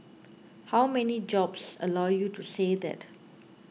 how many jobs allow you to say that